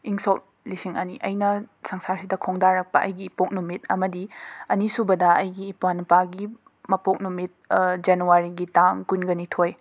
ꯏꯪ ꯁꯣꯛ ꯂꯤꯁꯤꯡ ꯑꯅꯤ ꯑꯩꯅ ꯁꯪꯁꯥꯔꯁꯤꯗ ꯈꯣꯡꯗꯥꯔꯛꯄ ꯑꯩꯒꯤ ꯏꯄꯣꯛ ꯅꯨꯃꯤꯠ ꯑꯃꯗꯤ ꯑꯅꯤꯁꯨꯕꯗ ꯑꯩꯒꯤ ꯏꯄ꯭ꯋꯥꯅꯨꯄꯥꯒꯤ ꯃꯄꯣꯛ ꯅꯨꯃꯤꯠ ꯖꯦꯅꯨꯋꯥꯔꯤꯒꯤ ꯀꯨꯟꯒ ꯅꯤꯊꯣꯏ